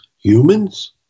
humans